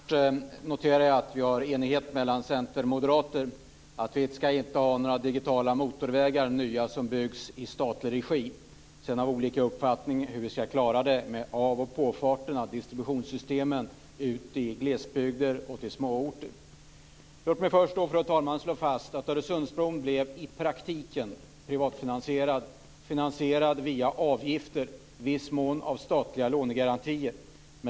Fru talman! Först noterar jag att vi har enighet mellan Centern och Moderaterna om att vi inte ska ha några nya digitala motorvägar som byggs i statlig regi. Sedan har vi olika uppfattningar om hur vi ska klara det här med av och påfarter och distributionssystem ute i glesbygder och småorter. Låt mig först, fru talman, slå fast att Öresundsbron i praktiken blev privatfinansierad. Den blev finansierad via avgifter - och i viss mån statliga lånegarantier.